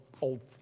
old